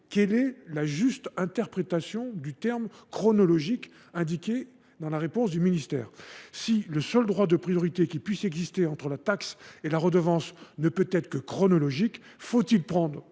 quelle est la juste interprétation du terme « chronologique » figurant dans la réponse du ministère ? Si « le seul droit de priorité qui puisse exister entre la taxe et la redevance ne peut être que chronologique », faut il prendre